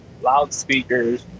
loudspeakers